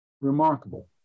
remarkable